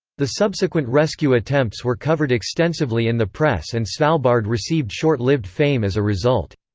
the subsequent rescue attempts were covered extensively in the press and svalbard received short-lived fame as a result.